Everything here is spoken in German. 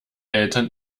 eltern